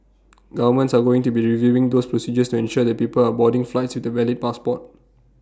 governments are going to be reviewing those procedures to ensure that people are boarding flights with A valid passport